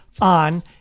on